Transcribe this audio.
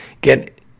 get